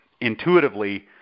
intuitively